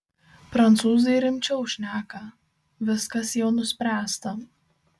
prancūzai rimčiau šneka viskas jau nuspręsta